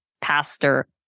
pastor